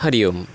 Hari Om